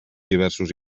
diversos